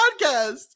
podcast